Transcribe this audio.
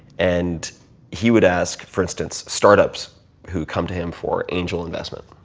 and he would ask, for instance, start ups who come to him for angel investment.